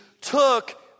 took